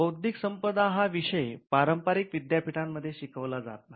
बौद्धिक संपदा हा विषय पारंपारिक विद्यापीठांमध्ये शिकवला जात नाही